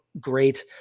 great